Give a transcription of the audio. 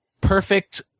perfect